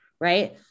Right